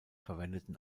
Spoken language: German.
verwendeten